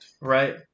right